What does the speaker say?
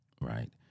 right